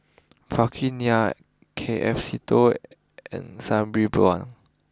Vikram Nair K F Seetoh and Sabri Buang